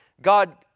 God